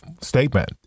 statement